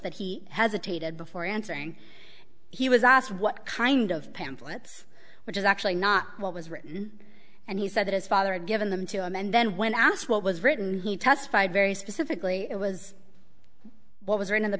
that he hesitated before answering he was asked what kind of pamphlets which is actually not what was written and he said that his father had given them to him and then when asked what was written he testified very specifically it was what was written in the